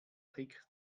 trick